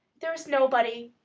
there is nobody,